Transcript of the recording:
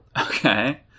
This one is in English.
Okay